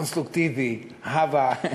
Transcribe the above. קונסטרוקטיבי: הבה,